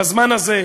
בזמן הזה,